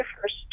first